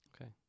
Okay